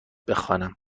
بخوانم